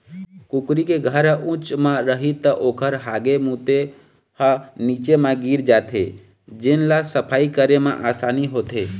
कुकरी के घर ह उच्च म रही त ओखर हागे मूते ह नीचे म गिर जाथे जेन ल सफई करे म असानी होथे